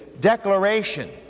declaration